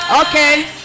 Okay